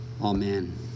Amen